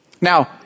Now